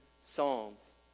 psalms